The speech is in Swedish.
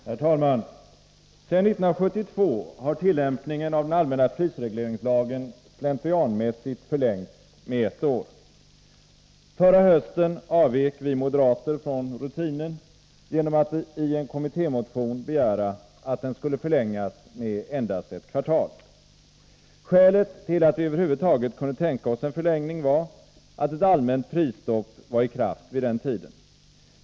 Herr talman! Sedan 1972 har tillämpningen av den allmänna prisregleringslagen slentrianmässigt förlängts med ett år. Förra hösten avvek vi moderater från rutinen genom att i en motion begära att den skulle förlängas med endast ett kvartal. Skälet till att vi över huvud taget kunde tänka oss en förlängning var att ett allmänt prisstopp var i kraft vid den tiden.